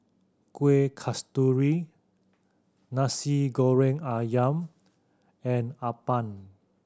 Kueh Kasturi Nasi Goreng Ayam and appam